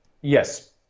Yes